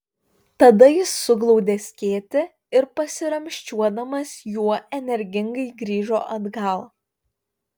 tada jis suglaudė skėtį ir pasiramsčiuodamas juo energingai grįžo atgal